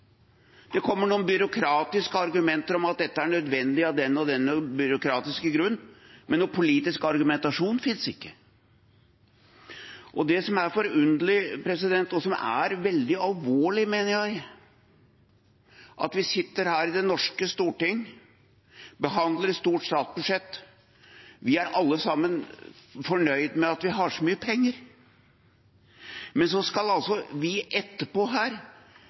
Det kommer noen byråkratiske argumenter om at dette er nødvendig av den og den byråkratiske grunn, men noen politisk argumentasjon finnes ikke. Det som er forunderlig, og som er veldig alvorlig, mener jeg, er at vi sitter her i det norske storting, behandler et stort statsbudsjett og er alle sammen fornøyd med at vi har så mye penger, men så skal vi altså etterpå her